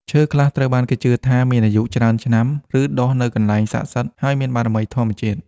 ឈើខ្លះត្រូវបានគេជឿថាមានអាយុច្រើនឆ្នាំ ឬដុះនៅកន្លែងស័ក្តិសិទ្ធិ ហើយមានបារមីធម្មជាតិ។